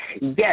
Yes